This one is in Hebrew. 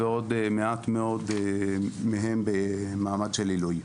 ומעט מאוד במעמד של עילוי.